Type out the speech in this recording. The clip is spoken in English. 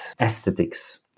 aesthetics